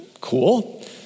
cool